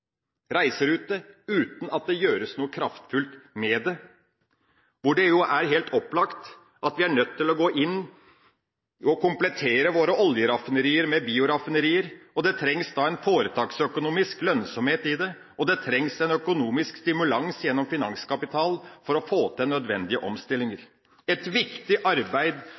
reiserute – uten at det gjøres noe kraftfullt med det. For det er jo helt opplagt at vi må gå inn og komplettere våre oljeraffinerier med bioraffinerier. Det trengs da en foretaksøkonomisk lønnsomhet i det, og det trengs en økonomisk stimulans gjennom finanskapital for å få til nødvendige omstillinger – et viktig arbeid